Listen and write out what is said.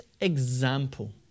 example